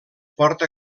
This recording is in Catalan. porta